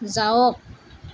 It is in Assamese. যাওক